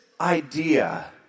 idea